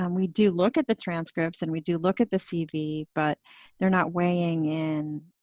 um we do look at the transcripts and we do look at the cv but they're not weighing in,